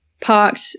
parked